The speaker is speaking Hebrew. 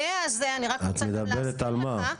את מדברת על מה?